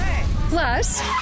Plus